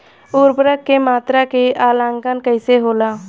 उर्वरक के मात्रा के आंकलन कईसे होला?